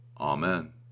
Amen